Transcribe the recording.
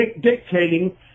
dictating